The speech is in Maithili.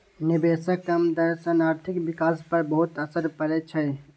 निवेशक कम दर सं आर्थिक विकास पर बहुत असर पड़ै छै